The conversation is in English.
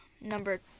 Number